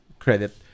credit